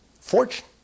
fortune